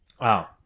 Wow